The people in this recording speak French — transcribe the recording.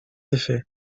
effet